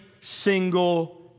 single